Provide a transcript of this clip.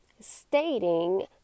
stating